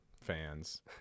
fans